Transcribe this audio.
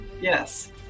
Yes